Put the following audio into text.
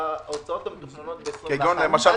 וההוצאות המתוכננות ב-2021 --- למשל,